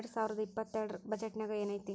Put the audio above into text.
ಎರ್ಡ್ಸಾವರ್ದಾ ಇಪ್ಪತ್ತೆರ್ಡ್ ರ್ ಬಜೆಟ್ ನ್ಯಾಗ್ ಏನೈತಿ?